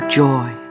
joy